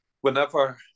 whenever